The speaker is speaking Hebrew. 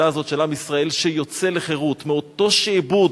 הזאת של עם ישראל שיוצא לחירות מאותו שעבוד,